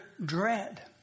dread